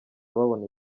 babona